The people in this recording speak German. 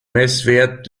messwert